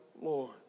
Lord